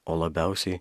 o labiausiai